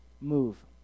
Move